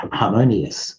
harmonious